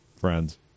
friends